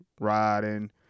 riding